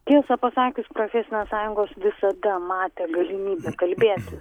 tiesą pasakius profesinės sąjungos visada matė galimybę kalbėti